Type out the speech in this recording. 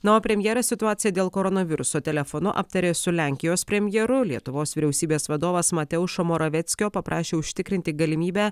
na o premjeras situaciją dėl koronaviruso telefonu aptarė su lenkijos premjeru lietuvos vyriausybės vadovas mateušo maroveckio paprašė užtikrinti galimybę